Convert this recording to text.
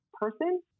person